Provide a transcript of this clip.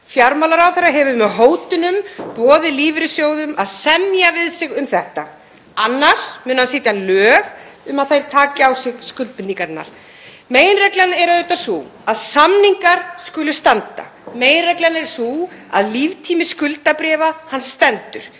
Fjármálaráðherra hefur með hótunum boðið lífeyrissjóðum að semja við sig um þetta, annars muni hann setja lög um að þeir taki á sig skuldbindingarnar. Meginreglan er auðvitað sú að samningar skulu standa. Meginreglan er sú að líftími skuldabréfa stendur.